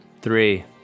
Three